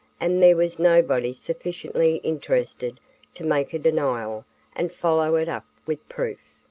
and there was nobody sufficiently interested to make a denial and follow it up with proof.